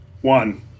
one